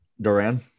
Duran